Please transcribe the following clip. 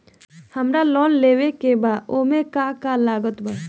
हमरा लोन लेवे के बा ओमे का का लागत बा?